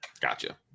Gotcha